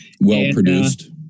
Well-produced